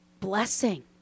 blessing